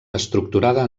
estructurada